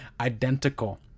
identical